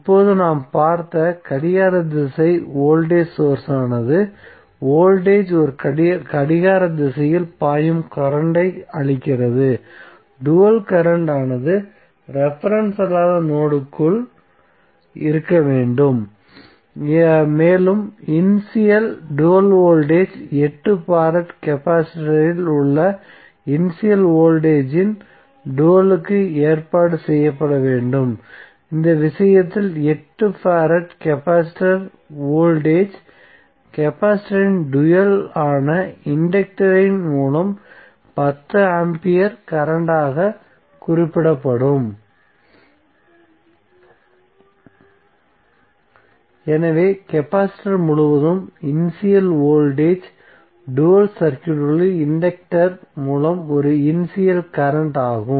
இப்போது நாம் பார்த்த கடிகார திசை வோல்டேஜ் சோர்ஸ் ஆனது வோல்டேஜ் ஒரு கடிகார திசையில் பாயும் கரண்ட் ஐ அளிக்கிறது டூயல் கரண்ட் ஆனது ரெபரென்ஸ் அல்லாத நோட்க்குள் இருக்க வேண்டும் மேலும் இனிஷியல் டூயல் வோல்டேஜ் 8 ஃபாரட் கெபாசிட்டரில் உள்ள இனிஷியல் வோல்டேஜ் இன் டூயல் க்கு ஏற்பாடு செய்யப்பட வேண்டும் இந்த விஷயத்தில் 8 ஃபாரட் கெபாசிட்டர் வோல்டேஜ் கெபாசிட்டரின் டூயல் ஆன இன்டக்டரின் மூலம் 10 ஆம்பியர் கரண்ட் ஆகக் குறிப்பிடப்படும் எனவே கெபாசிட்டர் முழுவதும் இனிஷியல் வோல்டேஜ் டூயல் சர்க்யூட்களில் இன்டக்டர் மூலம் ஒரு இனிஷியல் கரண்ட் ஆகும்